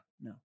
No